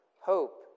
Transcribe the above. hope